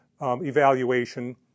evaluation